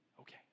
Okay